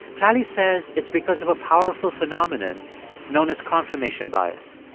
tali says it's because of a powerful phenomenon known as confirmation bias